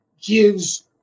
gives –